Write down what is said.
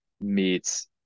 meets